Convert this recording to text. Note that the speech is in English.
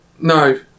No